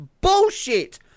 Bullshit